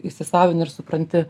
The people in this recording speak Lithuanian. įsisavini ir supranti